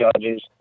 judges